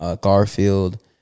Garfield